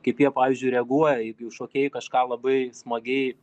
kaip jie pavyzdžiui reaguoja jeig jau šokėjai kažką labai smagiai